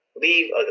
leave